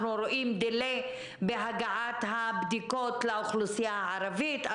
אנחנו רואים דיליי בהגעת הבדיקות לאוכלוסייה הערבית;